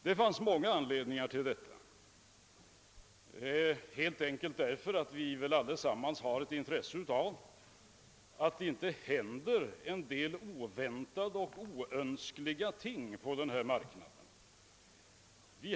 Det fanns många anledningar härtill — helt enkelt därför att vi väl allesammans har intresse av att det inte händer vissa oväntade och icke önskvärda saker på hyresmarknaden.